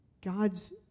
God's